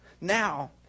Now